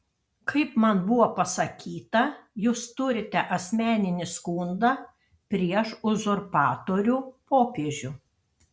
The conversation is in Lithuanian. kaip man buvo pasakyta jūs turite asmeninį skundą prieš uzurpatorių popiežių